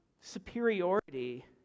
superiority